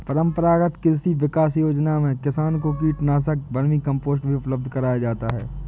परम्परागत कृषि विकास योजना में किसान को कीटनाशक, वर्मीकम्पोस्ट भी उपलब्ध कराया जाता है